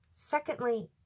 Secondly